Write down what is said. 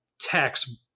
tax